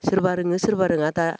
सोरबा रोङो सोरबा रोङा दा